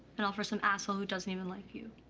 and all for some asshole who doesn't even like you.